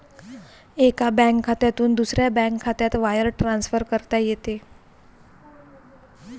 एका बँक खात्यातून दुसऱ्या बँक खात्यात वायर ट्रान्सफर करता येते